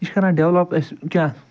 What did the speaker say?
یہِ چھِ کَران ڈیولپ اَسہِ کیٛاہ